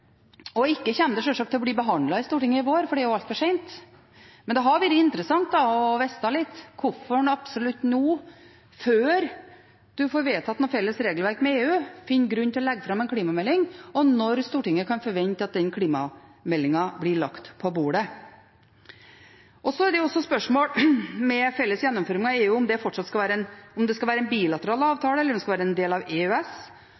den ikke til å bli behandlet i Stortinget i vår, for det er altfor sent. Men det hadde vært interessant å få vite litt om hvorfor en absolutt nå – før en får vedtatt noe felles regelverk med EU – finner grunn til å legge fram en klimamelding, og om når Stortinget kan forvente at den klimameldinga blir lagt på bordet. Så er det også spørsmål om felles gjennomføring med EU skal være en bilateral avtale, eller om det skal være en del av EØS.